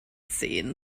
sehen